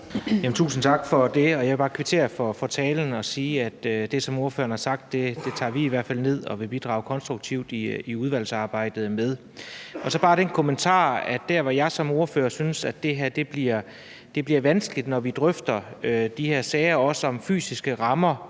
Tusind tak for det. Jeg vil bare kvittere for talen og sige, at det, som ordføreren har sagt, tager vi i hvert fald ned, og vi vil bidrage konstruktivt i udvalgsarbejdet med det. Så har jeg bare den kommentar, at det, jeg som ordfører synes gør det vanskeligt, når vi drøfter de her sager om fysiske rammer